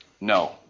no